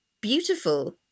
beautiful